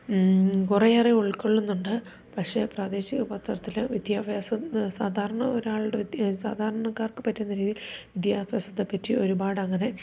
കുറേയേറെ ഉൾക്കൊള്ളുന്നുണ്ട് പക്ഷേ പ്രാദേശിക പത്രത്തിൽ വിദ്യാഭ്യാസം സാധാരണ ഒരാളുടെ സാധാരണക്കാർക്ക് പറ്റുന്ന രീതിയിൽ വിദ്യാഭ്യാസത്തെപ്പറ്റി ഒരുപാടങ്ങനെ